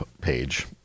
page